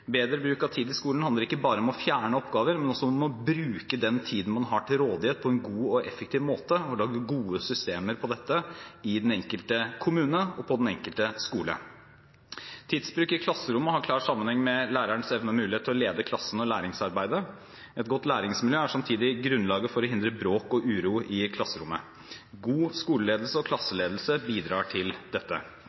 Bedre bruk av tiden i skolen handler ikke bare om å fjerne oppgaver, men også om å bruke den tiden man har til rådighet, på en god og effektiv måte og lage gode systemer for dette i den enkelte kommune og på den enkelte skole. Tidsbruk i klasserommet har klar sammenheng med lærerens evne og mulighet til å lede klassen og læringsarbeidet. Et godt læringsmiljø er samtidig grunnlaget for å hindre bråk og uro i klasserommet. God skole- og klasseledelse bidrar til dette.